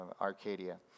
Arcadia